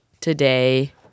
today